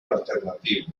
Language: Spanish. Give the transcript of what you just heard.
alternativo